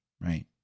Right